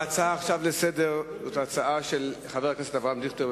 ההצעה לסדר-היום היא הצעה של חבר הכנסת אברהם דיכטר.